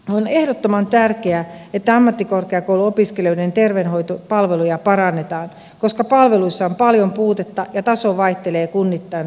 on ehdottoman tärkeää että ammattikorkeakouluopiskelijoiden terveydenhoitopalveluja parannetaan koska palveluissa on paljon puutetta ja taso vaihtelee kunnittain suuresti